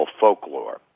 folklore